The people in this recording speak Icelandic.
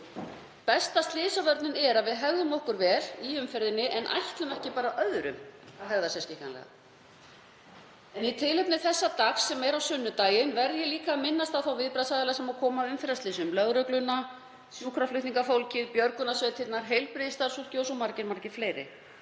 Besta slysavörnin er að við hegðum okkur vel í umferðinni en ætlum ekki bara öðrum að hegða sér skikkanlega. Í tilefni þessa dags sem er á sunnudaginn verð ég líka að minnast á þá viðbragðsaðila sem koma að umferðarslysum; lögregluna, sjúkraflutningafólkið, björgunarsveitirnar, heilbrigðisstarfsfólkið og svo marga fleiri